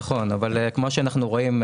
נכון אבל כמו שאנחנו רואים,